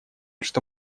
что